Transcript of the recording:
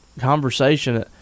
conversation